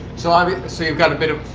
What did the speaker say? so i mean so you've got a bit of